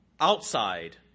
outside